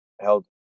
held